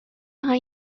فقط